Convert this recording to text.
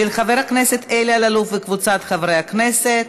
של חבר הכנסת אלי אלאלוף וקבוצת חברי הכנסת.